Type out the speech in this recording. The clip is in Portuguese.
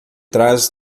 trás